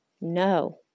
No